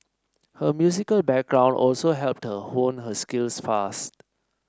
her musical background also helped her hone her skills fast